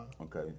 Okay